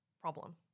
problem